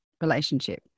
relationship